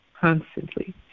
constantly